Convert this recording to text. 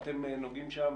אתם נוגעים שם,